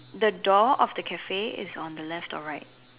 the door of the Cafe is on the left or right